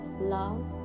love